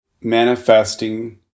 manifesting